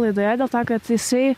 laidoje dėl to kad jisai